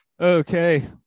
Okay